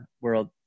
world